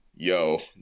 Yo